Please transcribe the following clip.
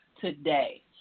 today